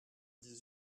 dix